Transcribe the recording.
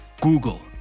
Google